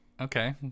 okay